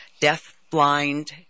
deaf-blind